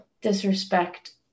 disrespect